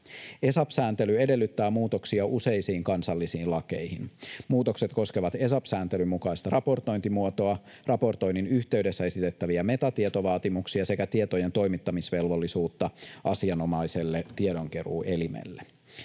ESAP-sääntely edellyttää muutoksia useisiin kansallisiin lakeihin. Muutokset koskevat ESAP-sääntelyn mukaista raportointimuotoa, raportoinnin yhteydessä esitettäviä metatietovaatimuksia sekä tietojen toimittamisvelvollisuutta asianomaiselle tiedonkeruuelimelle.